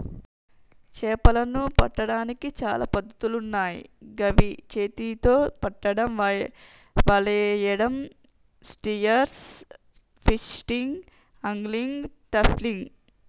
చేపలను పట్టడానికి చాలా పద్ధతులున్నాయ్ గవి చేతితొ పట్టడం, వలేయడం, స్పియర్ ఫిషింగ్, ఆంగ్లిగ్, ట్రాపింగ్